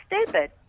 stupid